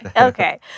Okay